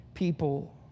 people